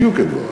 בדיוק את דברי.